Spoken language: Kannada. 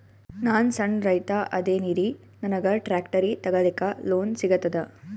ನಾನ್ ಸಣ್ ರೈತ ಅದೇನೀರಿ ನನಗ ಟ್ಟ್ರ್ಯಾಕ್ಟರಿ ತಗಲಿಕ ಲೋನ್ ಸಿಗತದ?